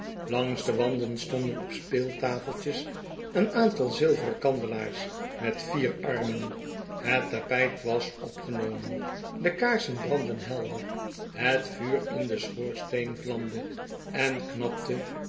langs de wanden stonden op speeltafeltjes een aantal zilveren kandelaars met vier armen het tapijt was opgenomen de kaar sen brandden helder het vuur in den schoorsteen vlamde en knapte